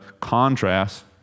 contrast